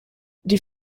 die